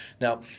now